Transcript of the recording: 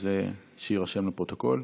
אז שיירשם בפרוטוקול.